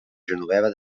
genoveva